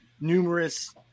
numerous